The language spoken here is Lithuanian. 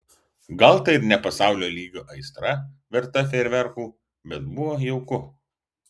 gal tai ir ne pasaulinio lygio aistra verta fejerverkų bet buvo jauku